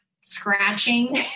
scratching